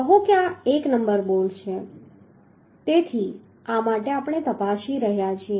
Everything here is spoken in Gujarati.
કહો કે આ નંબર 1 બોલ્ટ છે તેથી આ માટે આપણે તપાસી રહ્યા છીએ